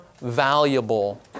valuable